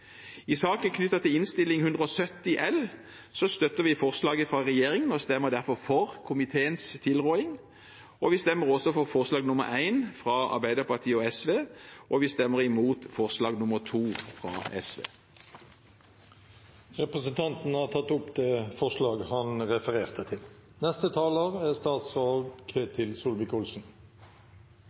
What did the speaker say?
I saken knyttet til Innst. 170 L for 2017–2018 støtter vi forslaget fra regjeringen og stemmer derfor for komiteens tilråding. Vi stemmer også for forslag nr. 1, fra Arbeiderpartiet og SV, og vi stemmer imot forslag nr. 2, fra SV. Representanten Hans Fredrik Grøvan har tatt opp det forslaget han refererte til. Tematikken som ligger til grunn for dagens debatt, er